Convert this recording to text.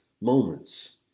moments